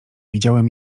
widziałem